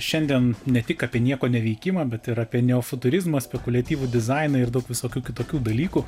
šiandien ne tik apie nieko neveikimą bet ir apie neofuturizmą spekuliatyvų dizainą ir daug visokių kitokių dalykų